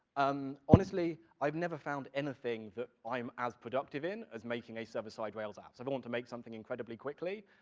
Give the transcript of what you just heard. um honestly, i've never found anything that i'm as productive in as making a server-side rails app. so if i want to make something incredibly quickly,